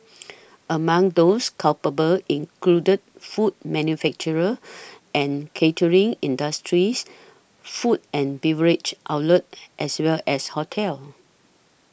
among those culpable included food manufacture and catering industries food and beverage outlets as well as hotels